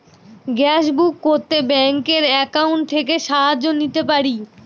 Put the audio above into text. Gas book করতে ব্যাংকের account থেকে সাহায্য নিতে পারি?